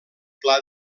pla